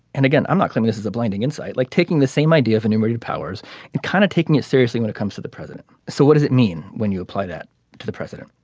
and again i'm not this is a blinding insight like taking the same idea of enumerated powers and kind of taking it seriously when it comes to the president. so what does it mean when you apply that to the president.